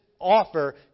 offer